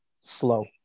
slow